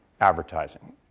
advertising